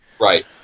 Right